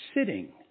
sitting